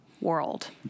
world